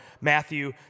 Matthew